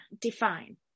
define